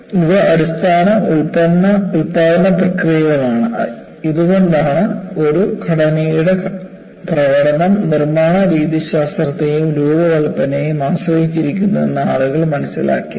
ഇവ അടിസ്ഥാന ഉൽപാദന പ്രക്രിയകളാണ് ഇതുകൊണ്ടാണ് ഒരു ഘടനയുടെ പ്രകടനം നിർമ്മാണ രീതിശാസ്ത്രത്തെയും രൂപകൽപ്പനയെയും ആശ്രയിച്ചിരിക്കുന്നു എന്ന് ആളുകൾ മനസ്സിലാക്കിയത്